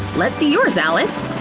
let's see yours, alice.